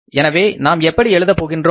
எனவே நாம் எப்படி எழுதப் போகிறோம்